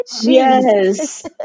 yes